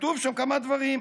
כתובים שם כמה דברים.